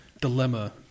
dilemma